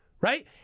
right